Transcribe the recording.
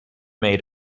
made